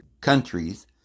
countries